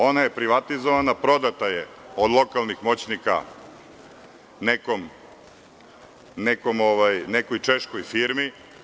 Ona je privatizovana, prodata je od lokalnih moćnika nekoj češkoj firmi.